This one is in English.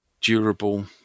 durable